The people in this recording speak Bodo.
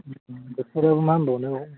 बोथोराबो मा होनबावनो औ